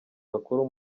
bakuru